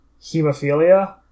hemophilia